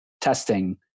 testing